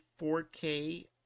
4K